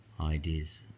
Ideas